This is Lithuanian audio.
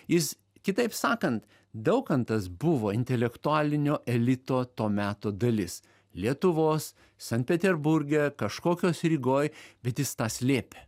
jis kitaip sakant daukantas buvo intelektualinio elito to meto dalis lietuvos sankt peterburge kažkokios rygoj bet jis tą slėpė